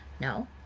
no